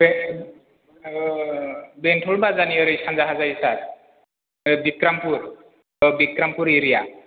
बे बेंटल बाजारनि ओरै सानजाहा जायो सार बिक्रामफुर बिक्रामफुर एरिया